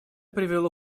привело